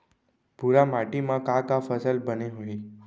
भूरा माटी मा का का फसल बने होही?